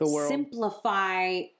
simplify